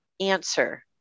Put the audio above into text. answer